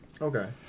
Okay